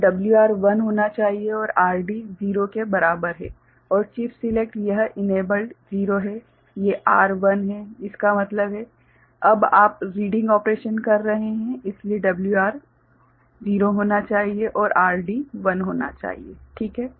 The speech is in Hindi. तो WR 1 होना चाहिए और RD 0 के बराबर है और चिप सिलेक्ट यह इनेबल्ड 0 है ये R 1 है इसका मतलब है अब आप रीडिंग ऑपरेशन कर रहे हैं इसलिए WR 0 होना चाहिए और RD 1 होना चाहिए ठीक है